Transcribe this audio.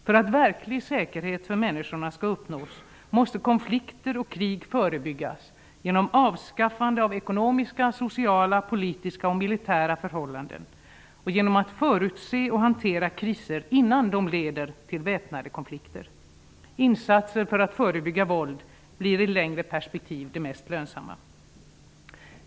För att verklig säkerhet för människorna skall uppnås måste konflikter och krig förebyggas genom avskaffande av ekonomiska, sociala, politiska och militära förhållanden och genom att förutse och hantera kriser innan de leder till väpnade konflikter. Insatser för att förebygga våld blir i längre perspektiv de mest lönsamma.